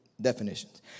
definitions